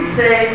say